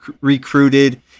recruited